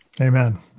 Amen